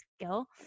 skill